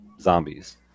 zombies